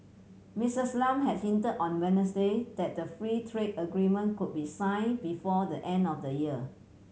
Missus Lam had hint on Wednesday that the free trade agreement could be sign before the end of the year